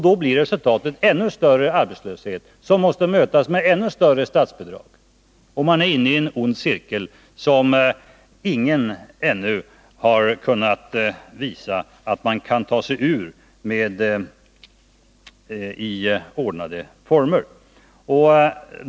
Då blir resultatet ännu större arbetslöshet, som måste mötas med ännu större statsbidrag. Man är inne i en ond cirkel som ingen ännu har kunnat visa att man i ordnade former kan ta sig ur.